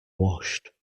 washed